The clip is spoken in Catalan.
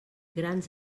grans